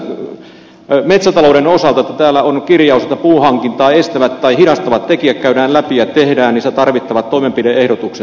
ihmettelen myös metsätalouden osalta että täällä on kirjaus että puunhankintaa estävät tai hidastavat tekijät käydään läpi ja tehdään tarvittavat toimenpide ehdotukset